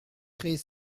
créer